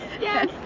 yes